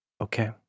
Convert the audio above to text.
Okay